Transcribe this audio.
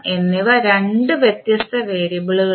എന്നിവ രണ്ട് വ്യത്യസ്ത വേരിയബിളുകളാണ്